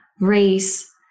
race